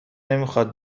نمیخاد